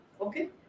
Okay